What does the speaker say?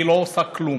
אבל היא לא עושה כלום.